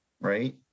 right